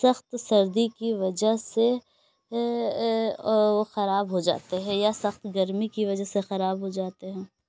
سخت سردی کی وجہ سے وہ خراب ہو جاتے ہیں یا سخت گرمی کی وجہ سے خراب ہو جاتے ہیں